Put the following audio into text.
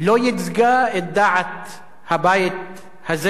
לא ייצגה את דעת הבית הזה?